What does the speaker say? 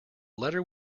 letter